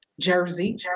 Jersey